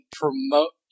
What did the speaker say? promote